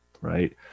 right